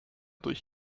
durch